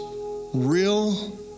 real